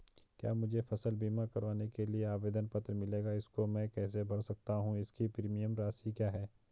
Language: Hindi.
क्या मुझे फसल बीमा करवाने के लिए आवेदन पत्र मिलेगा इसको मैं कैसे भर सकता हूँ इसकी प्रीमियम राशि क्या है?